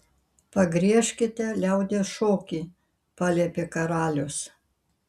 pagriežkite liaudies šokį paliepė karalius